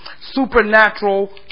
Supernatural